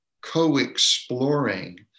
co-exploring